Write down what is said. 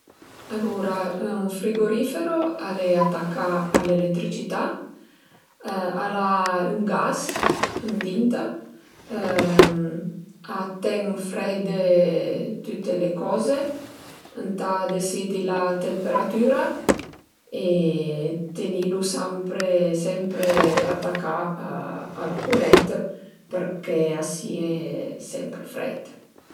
Alura ën frigorifero al e atacà a l'eletricità, al a ün gas ëndinta a ten freide tüte le coze, ëntà desiddi la temperatüra e tenilu sampre sempre atacà a la curent përché a sie sempre freit